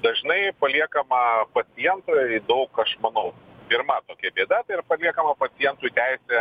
dažnai paliekama pacientui daug aš manau pirma tokia bėda tai yra paliekama pacientui teisė